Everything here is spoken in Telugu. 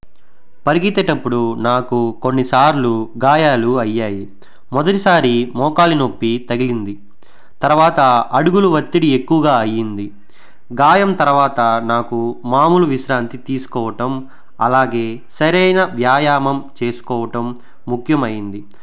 పరిగెత్తేటప్పుడు నాకు కొన్నిసార్లు గాయాలు అయ్యాయి మొదటిసారి మోకాలి నొప్పి తగిలింది తర్వాత అడుగులు ఒత్తిడి ఎక్కువగా అయ్యింది గాయం తర్వాత నాకు మామూలు విశ్రాంతి తీసుకోవటం అలాగే సరైన వ్యాయామం చేసుకోవటం ముఖ్యమైంది